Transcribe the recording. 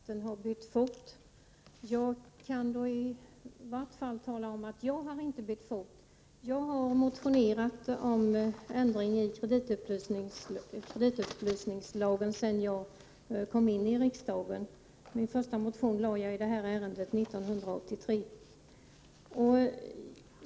Herr talman! Inga-Britt Johansson säger att centern har bytt fot. Jag har då i varje fall inte bytt fot — jag har motionerat om ändring i kreditupplysningslagen sedan jag kom in i riksdagen. Min första motion i det ärendet väckte jag 1983.